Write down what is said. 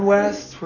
West